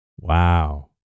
Wow